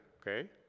okay